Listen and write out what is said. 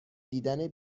دیدن